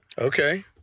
Okay